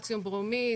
קלציום ברומיד,